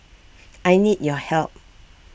I need your help